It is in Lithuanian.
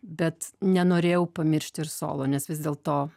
bet nenorėjau pamiršti ir solo nes vis dėl to